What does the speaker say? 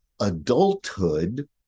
adulthood